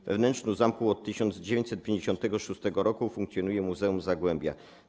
We wnętrzu zamku od 1956 r. funkcjonuje Muzeum Zagłębia.